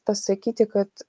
pasakyti kad